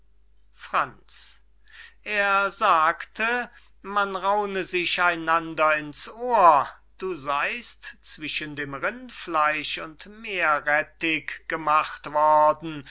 franz er sagte man raune sich einander in's ohr du seyst zwischen dem rindfleisch und meerrettig gemacht worden